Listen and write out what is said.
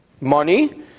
money